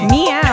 Meow